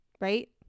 Right